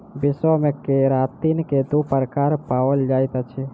विश्व मे केरातिन के दू प्रकार पाओल जाइत अछि